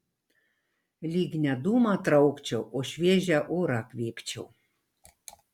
lyg ne dūmą traukčiau o šviežią orą kvėpčiau